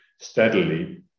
steadily